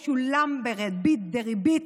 תבינו שישולם בריבית דריבית,